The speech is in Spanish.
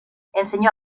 enseñó